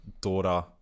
daughter